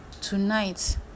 tonight